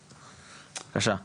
בבקשה.